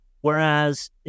whereas